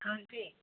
हां जी